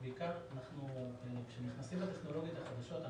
בעיקר כאשר נכנסים לטכנולוגיות החדשות,